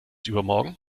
übermorgen